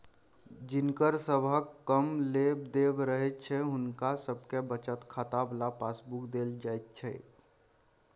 जिनकर सबहक कम लेब देब रहैत छै हुनका सबके बचत खाता बला पासबुक देल जाइत छै